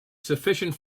sufficient